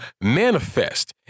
manifest